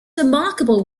remarkable